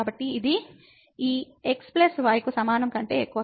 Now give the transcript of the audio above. కాబట్టి ఇది ఇది ఈ | x || y | కు సమానం కంటే ఎక్కువ